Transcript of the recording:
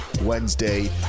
Wednesday